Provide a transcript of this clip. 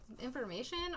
information